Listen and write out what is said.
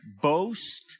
boast